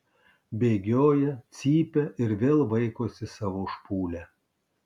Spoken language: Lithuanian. bėgioja cypia ir vėl vaikosi savo špūlę